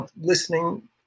listening